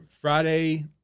Friday